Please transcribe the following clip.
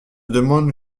demande